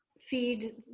feed